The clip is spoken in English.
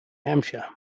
hampshire